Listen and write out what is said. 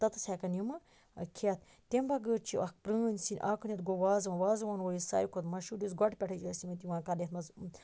تتٮ۪س ہیٚکن ییٚمہ کھیٚتھ تمہِ بَغٲر چھِ اکھ پرٲنٛۍ سیِن اکھ ریٚتھ گوٚو وازوان وازوان گوٚو ییٚتہ ساروی کھۄتہ مَشہور یُس گۄڈٕ پیٚٹھے چھِ ٲسۍمٕتۍ یِوان کَرنہ یتھ مَنٛز